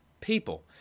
people